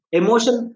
emotion